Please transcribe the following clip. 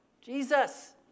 Jesus